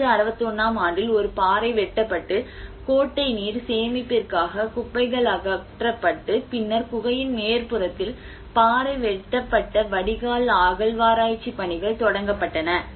60 61 ஆம் ஆண்டில் ஒரு பாறை வெட்டப்பட்டு கோட்டை நீர் சேமிப்பிற்காக குப்பைகள் அகற்றப்பட்டு பின்னர் குகையின் மேற்புறத்தில் பாறை வெட்டப்பட்ட வடிகால் அகழ்வாராய்ச்சி பணிகள் தொடங்கப்பட்டன